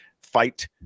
fight